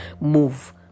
move